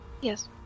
Yes